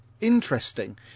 interesting